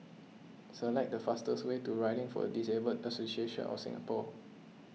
select the fastest way to Riding for the Disabled Association of Singapore